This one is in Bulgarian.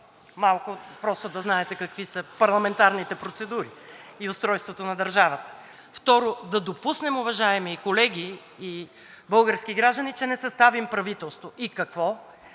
това. Просто да знаете какви са парламентарните процедури и устройството на държавата. Второ, да допуснем, уважаеми колеги и български граждани, че не съставим правителство. И какво?